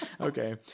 Okay